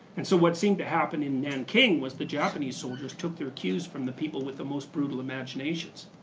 and so what seemed to happen in nanking was the japanese soldiers took their cues from the people with the most brutal imaginations